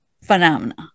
phenomena